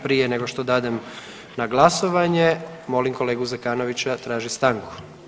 Prije nego što dadem na glasovanje molim kolegu Zekanovića traži stanku.